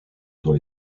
dans